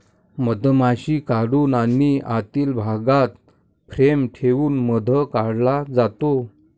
मधमाशी काढून आणि आतील भागात फ्रेम ठेवून मध काढला जातो